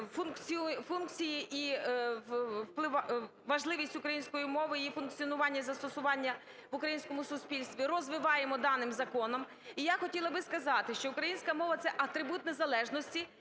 функції і важливість української мови, її функціонування і застосування в українському суспільстві розвиваємо даним законом. І я хотіла би сказати, що українська мова – це атрибут незалежності,